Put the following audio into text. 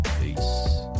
Peace